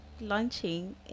launching